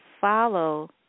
follow